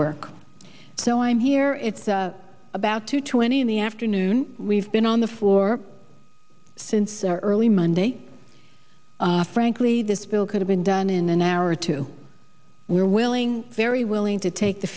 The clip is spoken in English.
work so i'm here it's about two twenty in the afternoon we've been on the floor since early monday frankly this bill could have been done in an hour or two we are willing very willing to take the